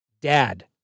Dad